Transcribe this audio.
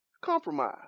Compromise